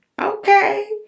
Okay